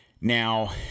Now